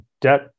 debt